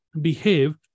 behave